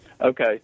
Okay